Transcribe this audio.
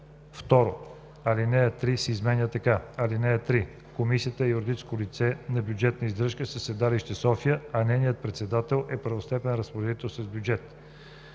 2. Алинея 3 се изменя така: „(3) Комисията е юридическо лице на бюджетна издръжка със седалище София, а нейният председател е първостепенен разпоредител с бюджет.“